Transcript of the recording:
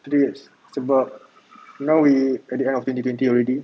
three years sebab now we at the end of twenty twenty already